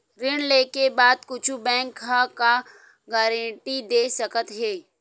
ऋण लेके बाद कुछु बैंक ह का गारेंटी दे सकत हे?